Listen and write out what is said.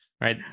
Right